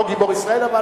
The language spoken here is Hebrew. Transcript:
לא גיבור ישראל,